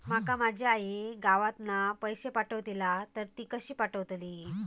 माका माझी आई गावातना पैसे पाठवतीला तर ती कशी पाठवतली?